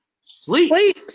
Sleep